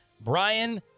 Brian